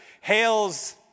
hails